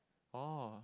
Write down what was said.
oh